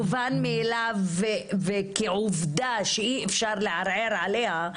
מובן מאליו וכעובדה שאי-אפשר לערער עליה,